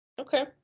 Okay